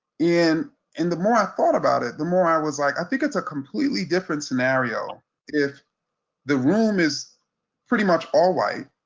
and the more i thought about, it the more i was like i think it's a completely different scenario if the room is pretty much all white,